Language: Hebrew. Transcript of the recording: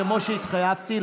כמו שהתחייבתי,